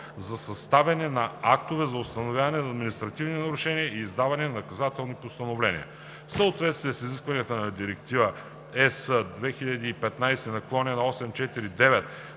за съставяне на актове за установяване на административни нарушения и издаване на наказателни постановления. В съответствие с изискванията на Директива (ЕС) 2015/849